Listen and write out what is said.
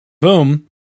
Boom